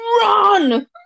Run